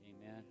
Amen